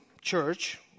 church